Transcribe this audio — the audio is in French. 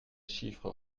chiffres